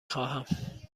خواهم